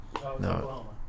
no